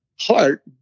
Heart